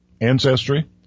ancestry